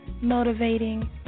motivating